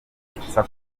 yibutsa